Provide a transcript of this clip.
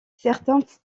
certains